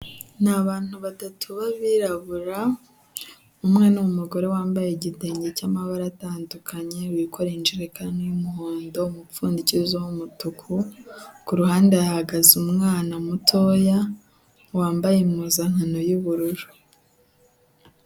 Ni abantu batatu b'abirabura, umwe ni umugore wambaye igitenge cy'amabara atandukanye, wikoreye injerekani y'umuhondo, umupfundikizo w'umutuku, ku ruhande hahagaze umwana mutoya, wambaye impuzankano y'ubururu.